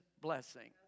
blessing